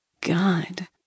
God